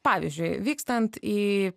pavyzdžiui vykstant į